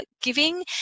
giving